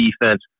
defense